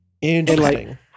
interesting